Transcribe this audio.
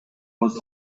was